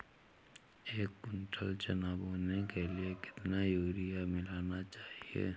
एक कुंटल चना बोने के लिए कितना यूरिया मिलाना चाहिये?